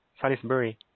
Salisbury